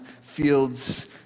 fields